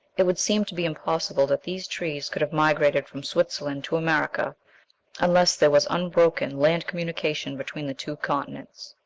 it would seem to be impossible that these trees could have migrated from switzerland to america unless there was unbroken land communication between the two continents.